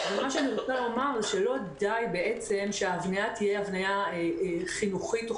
אני רוצה לומר שלא די שההבניה תהיה חינוכית תוך